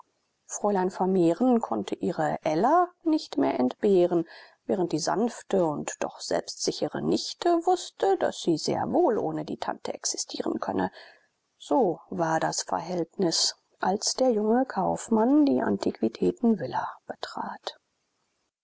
fräulein vermehren konnte ihre ella nicht mehr entbehren während die sanfte und doch selbstsichere nichte wußte daß sie sehr wohl ohne die tante existieren könne so war das verhältnis als der junge kaufmann die antiquitätenvilla betrat